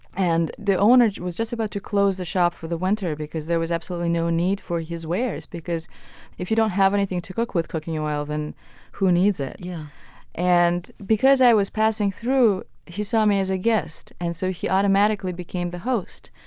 and the owner was just about to close the shop for the winter because there was absolutely no need for his wares. if you don't have anything to cook with cooking oil, then who needs it? yeah and because i was passing through, he saw me as a guest. and so he automatically became the host.